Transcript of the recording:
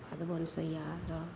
बाध बन से आ रह